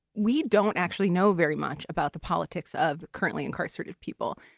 we don't actually know very much about the politics of currently incarcerated people.